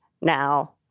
Now